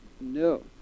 No